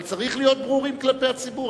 אבל צריך להיות ברורים כלפי הציבור,